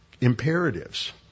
imperatives